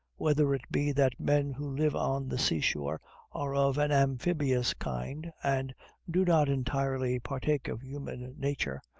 whether it be that men who live on the sea-shore are of an amphibious kind, and do not entirely partake of human nature,